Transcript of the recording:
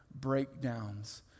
breakdowns